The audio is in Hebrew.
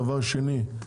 דבר שני,